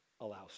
allows